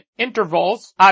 Intervals